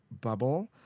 bubble